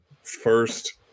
first